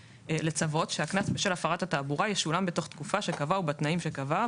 לצוות שהקנס בשל הפרת התעבורה ישולם בתוך תקופה שקבע ובתנאים שקבע,